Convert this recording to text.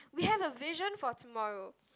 we have a vision for tomorrow